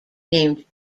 named